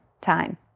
time